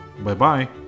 Bye-bye